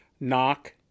Knock